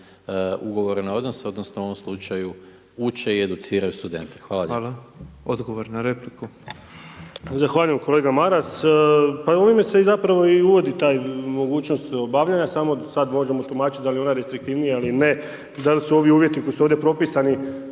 ugovorene odnose odnosno u ovom slučaju, uče i educiraju studente. Hvala lijepo. **Petrov, Božo (MOST)** Hvala. Odgovor na repliku. **Čuraj, Stjepan (HNS)** Zahvaljujem. Kolega Maras, pa ovime se zapravo i uvodi ta mogućnost obavljanja samo sad možemo tumačiti da li je ona restriktivnija ili ne, da lis ovi uvjeti koji su ovdje propisani